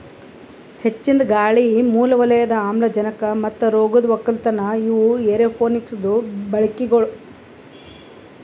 ಹೆಚ್ಚಿಂದ್ ಗಾಳಿ, ಮೂಲ ವಲಯದ ಆಮ್ಲಜನಕ ಮತ್ತ ರೋಗದ್ ಒಕ್ಕಲತನ ಇವು ಏರೋಪೋನಿಕ್ಸದು ಬಳಿಕೆಗೊಳ್